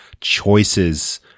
choices